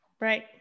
Right